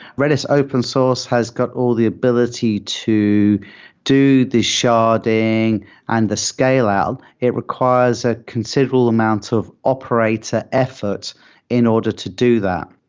redis open source has got all the ability to do the sharding and the scale out. it requires a considerable amount of operator effort in order to do that.